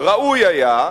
ראוי היה,